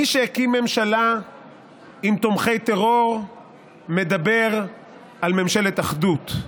מי שהקים ממשלה עם תומכי טרור מדבר על ממשלת אחדות,